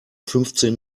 fünfzehn